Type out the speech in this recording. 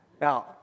Now